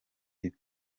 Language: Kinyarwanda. biba